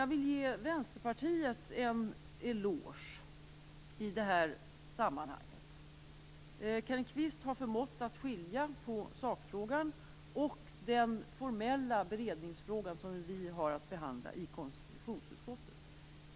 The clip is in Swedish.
Jag vill ge Vänsterpartiet en eloge i det här sammanhanget. Kenneth Kvist har förmått att skilja på sakfrågan och den formella beredningsfrågan, som vi har att behandla i konstitutionsutskottet.